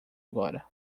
agora